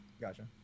Gotcha